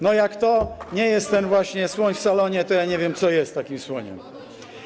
No jak to nie jest ten właśnie słoń w salonie, to ja nie wiem, co jest takim słoniem.